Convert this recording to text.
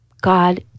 God